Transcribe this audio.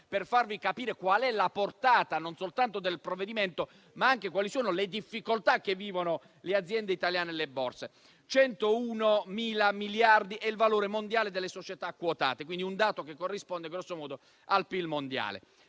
per farvi capire la portata non soltanto del provvedimento, ma anche quali sono le difficoltà che vivono le aziende italiane e le Borse. Il valore mondiale delle società quotate è di 101.000 miliardi, quindi un dato che corrisponde grosso modo al PIL mondiale;